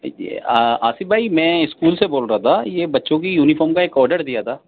یہ آ آصف بھائی میں اسکول سے بول رہا تھا یہ بچوں کی یونیفارم کا ایک آرڈر دیا تھا